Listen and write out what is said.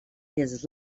his